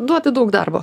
duoti daug darbo